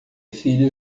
filha